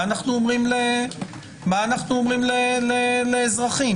מה אנחנו אומרים לאזרחים,